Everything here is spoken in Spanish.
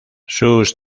sus